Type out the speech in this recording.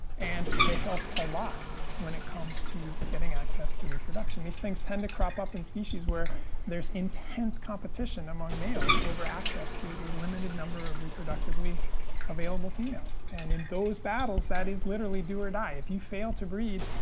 and they help a lot when it comes to getting access to reproduction. these things tend to crop up in species where there's intense competition among males over access to a limited number of reproductively available females females and in those battles, that is literally do or die. if you fail to breed,